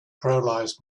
paralysed